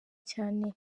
cyane